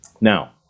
now